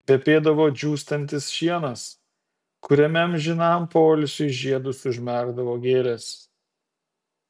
kvepėdavo džiūstantis šienas kuriame amžinam poilsiui žiedus užmerkdavo gėlės